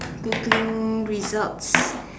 Googling results